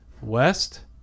west